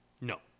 No